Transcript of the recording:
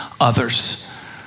others